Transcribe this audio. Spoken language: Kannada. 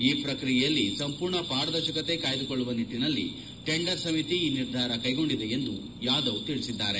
ಈ ಪ್ರಕ್ರಿಯೆಯಲ್ಲಿ ಸಂಪೂರ್ಣ ಪಾರದರ್ಶಕತೆ ಕಾಯ್ದುಕೊಳ್ಳುವ ನಿಟ್ಟನಲ್ಲಿ ಟೆಂಡರ್ ಸಮಿತಿ ಈ ನಿರ್ಧಾರ ಕೈಗೊಂಡಿದೆ ಎಂದು ಯಾಧವ್ ತಿಳಿಸಿದ್ದಾರೆ